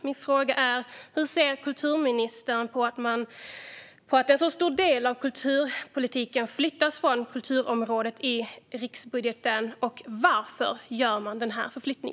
Min fråga är: Hur ser kulturministern på att en så stor del av kulturpolitiken flyttas från kulturområdet i riksbudgeten, och varför gör man denna förflyttning?